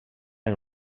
era